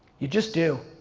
you just do,